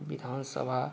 विधानसभा